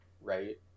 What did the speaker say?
right